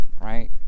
right